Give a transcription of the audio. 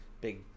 big